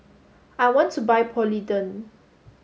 I want to buy Polident